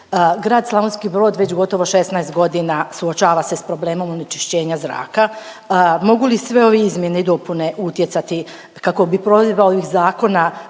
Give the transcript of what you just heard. Grad Slavonski Brod već gotovo 16 godina suočava se s problemom onečišćenja zraka. Mogu li sve ove izmjene i dopune utjecati kako bi provedba ovih zakona